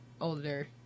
older